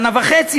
שנה וחצי,